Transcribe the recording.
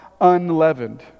unleavened